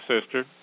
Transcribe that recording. sister